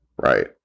Right